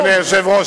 אדוני היושב-ראש,